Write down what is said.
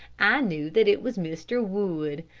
i knew that it was mr. wood.